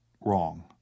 wrong